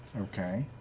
okay.